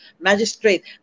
magistrate